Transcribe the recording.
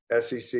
SEC